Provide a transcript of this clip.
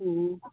ਹਮ